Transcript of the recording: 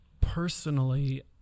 personally